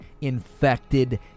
infected